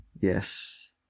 Yes